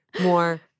more